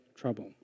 trouble